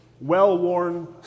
well-worn